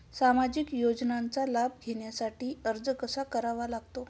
सामाजिक योजनांचा लाभ घेण्यासाठी अर्ज कसा करावा लागतो?